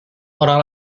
orang